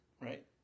right